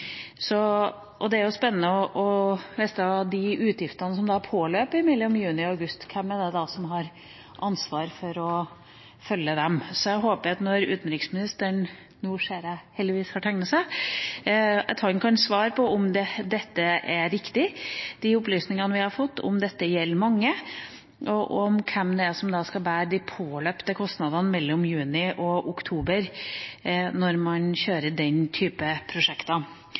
Det hadde vært spennende å få vite hvem det er som har ansvar for å følge de utgiftene som påløper mellom juni og august. Så jeg håper at utenriksministeren – som jeg heldigvis ser har tegnet seg – kan svare på om de opplysningene vi har fått, er riktige, om det gjelder mange, og hvem som skal bære de påløpte kostnadene mellom juni og oktober når man kjører den typen prosjekter.